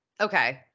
Okay